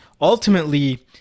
ultimately